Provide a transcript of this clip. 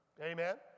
Amen